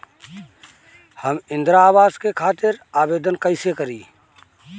हम इंद्रा अवास के खातिर आवेदन कइसे करी?